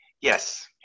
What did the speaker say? yes